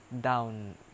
down